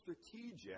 strategic